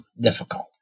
difficult